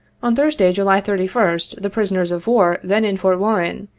on thursday, july thirty first, the prisoners of war then in fort warren,